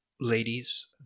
ladies